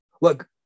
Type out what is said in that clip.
look